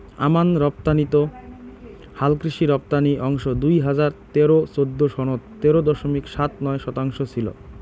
আমান রপ্তানিত হালকৃষি রপ্তানি অংশ দুই হাজার তেরো চৌদ্দ সনত তেরো দশমিক সাত নয় শতাংশ ছিল